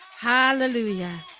Hallelujah